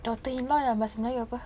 daughter-in-law dalam bahasa melayu apa